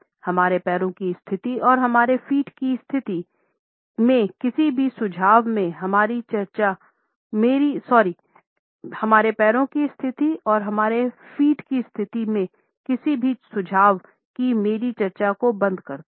हमारे पैरों की स्थिति और हमारे फ़ीट की स्थिति में किसी भी सुझाव की मेरी चर्चा को बंद करता हूँ